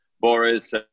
Boris